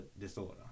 disorder